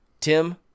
Tim